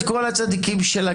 הצדיקים,